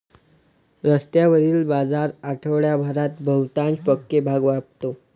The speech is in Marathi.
रस्त्यावरील बाजार आठवडाभरात बहुतांश पक्के भाग व्यापतो